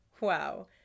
Wow